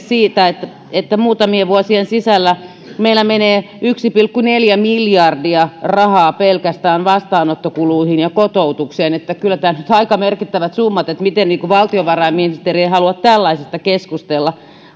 sen että muutamien vuosien sisällä meillä menee rahaa yksi pilkku neljä miljardia pelkästään vastaanottokuluihin ja kotoutukseen että kyllä tähän nyt aika merkittävät summat menee miten valtiovarainministeri ei halua tällaisesta keskustella